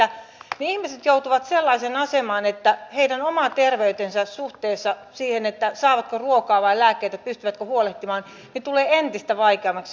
ne ihmiset joutuvat sellaiseen asemaan että heidän oma terveytensä suhteessa siihen saavatko ruokaa vai lääkkeitä pystyvätkö huolehtimaan tulee entistä vaikeammaksi